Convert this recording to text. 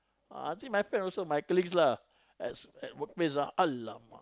ah see my friend also my colleagues lah at work place ah alamak